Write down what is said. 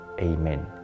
Amen